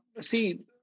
See